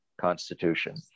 Constitution